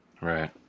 Right